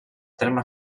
terme